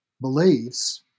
beliefs